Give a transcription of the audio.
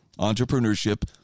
entrepreneurship